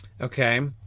Okay